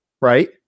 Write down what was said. Right